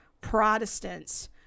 Protestants